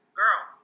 girl